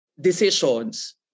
decisions